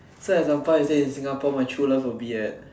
so example you say in Singapore my true love will be at